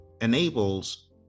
enables